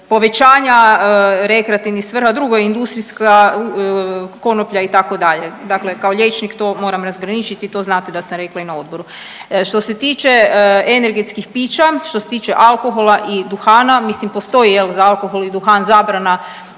povećanja rekreativnih svrha, drugo je industrijska konoplja, itd., dakle kao liječnik to moram razgraničiti i to znate da sam rekla i na odboru. Što se tiče energetskih pića, što se tiče alkohola i duhana, mislim postoji, je li, za alkohol i duhan zabrana